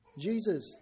Jesus